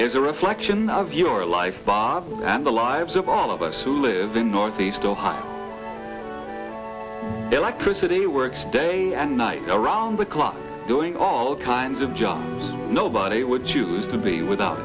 is a reflection of your life bob and the lives of all of us who live in northeast ohio electricity works day and night around the clock doing all kinds of jobs nobody would choose to be without